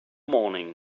morning